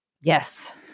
Yes